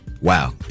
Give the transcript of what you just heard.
Wow